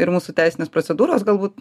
ir mūsų teisinės procedūros galbūt